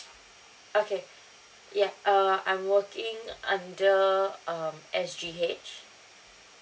okay ya err I'm working under um S_G_H